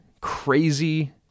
crazy